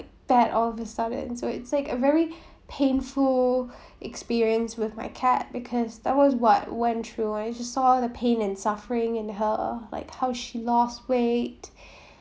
bad all of a sudden so it's like a very painful experience with my cat because that was what went through I saw the pain and suffering in her like how she lost weight